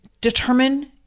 determine